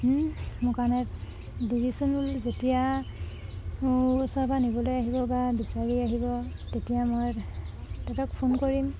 মোৰ কাৰণে দিবিচোন বুলি যেতিয়া মোৰ ওচৰৰপৰা নিবলৈ আহিব বা বিচাৰি আহিব তেতিয়া মই তেহেঁতক ফোন কৰিম